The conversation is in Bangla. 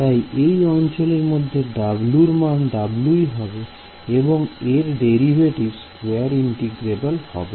তাই এই অঞ্চলের মধ্যে W র মান W'ই হবে এবং এর ডেরিভেটিভ স্কয়ার ইন্টিগ্রেবল হবে